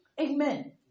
Amen